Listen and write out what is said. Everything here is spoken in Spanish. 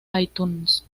itunes